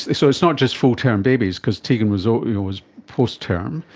so it's not just full-term babies because tegan was ah yeah was post-term.